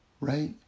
right